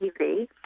TV